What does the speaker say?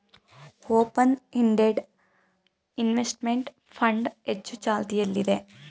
open ended investment fund ಹೆಚ್ಚು ಚಾಲ್ತಿಯಲ್ಲಿದೆ